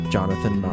Jonathan